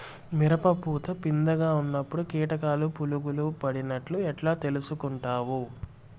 మిరప పూత పిందె గా ఉన్నప్పుడు కీటకాలు పులుగులు పడినట్లు ఎట్లా తెలుసుకుంటావు?